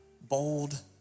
bold